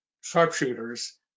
sharpshooters